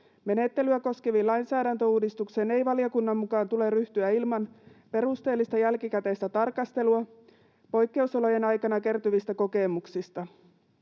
Menettelyä koskeviin lainsäädäntöuudistuksiin ei valiokunnan mukaan tule ryhtyä ilman perusteellista jälkikäteistä tarkastelua poikkeusolojen aikana kertyvistä kokemuksista.